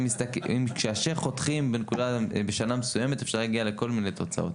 כאשר חותכים בנקודה או בשנה מסוימת אפשר להגיע לכל מיני תוצאות.